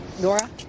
Nora